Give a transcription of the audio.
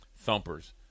thumpers